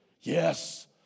Yes